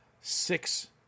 six